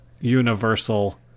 universal